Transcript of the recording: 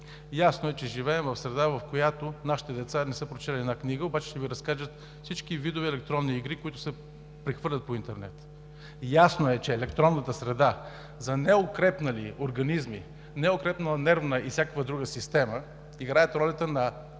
Ясно е, че живеем в среда, в която нашите деца не са прочели една книга, обаче ще Ви разкажат всички видове електронни игри, които се прехвърлят по интернет. Ясно е, че електронната среда за неукрепнали организми, неукрепнала нервна и всякаква друга система, играят ролята на